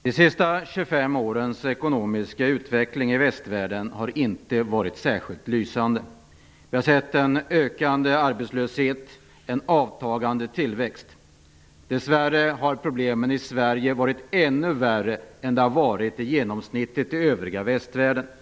Herr talman! De senaste 25 årens ekonomiska utveckling i västvärlden har inte varit särskilt lysande. Vi har sett en ökande arbetslöshet och en avtagande tillväxt. Dess värre har problemen i Sverige varit ännu värre än vad genomsnittet i övriga västvärlden visar.